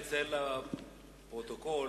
חברי חברי הכנסת רק לציין לפרוטוקול,